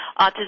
Autism